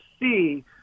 see